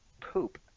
Poop